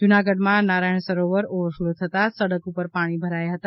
જુનાગઢમાં નારાયણ સરોવર ઓવરફ્લો થતા સડક ઉપર પાણી ભરાયા છે